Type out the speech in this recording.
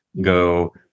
go